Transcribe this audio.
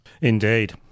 Indeed